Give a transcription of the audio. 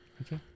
Okay